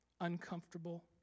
uncomfortable